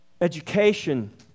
education